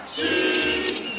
Cheese